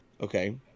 okay